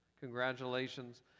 Congratulations